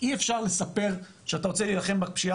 אי אפשר לספר שאתה רוצה להילחם בפשיעה